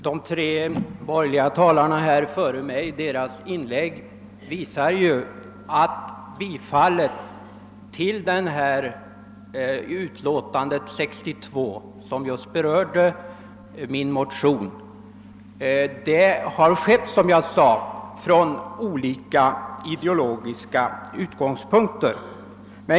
Herr talman! De senaste inläggen från tre borgerliga talare visar att deras bifall till bankoutskottets hemställan i dess utlåtande nr 62, som behandlade min motion, har tillkommit från olika ideologiska utgångspunkter.